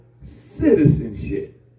citizenship